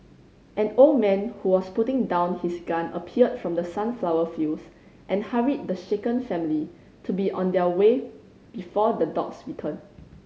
an old man who was putting down his gun appeared from the sunflower fields and hurried the shaken family to be on their way before the dogs return